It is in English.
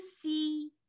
see